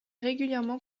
régulièrement